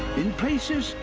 in places,